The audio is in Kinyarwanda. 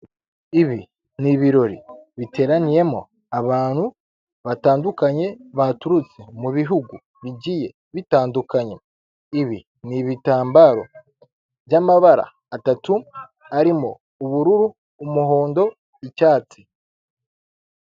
Ibi ni ibirori biteraniyemo abantu batandukanye baturutse mu bihugu bigiye bitandukanye, ibi ni ibitambaro by'amabara atatu arimo ubururu umuhondo icyatsi.